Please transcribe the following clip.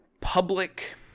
public